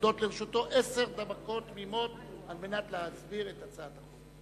עומדות לרשותו עשר דקות תמימות כדי להסביר את הצעת החוק.